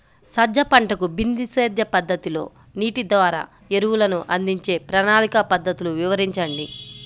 సజ్జ పంటకు బిందు సేద్య పద్ధతిలో నీటి ద్వారా ఎరువులను అందించే ప్రణాళిక పద్ధతులు వివరించండి?